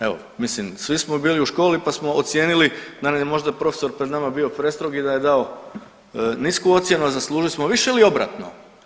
Evo, mislim svi smo bili u školi pa ocijenili da nam je možda profesor pred nama bio prestrog i dao nisku ocjenu, a zaslužili smo više ili obratno.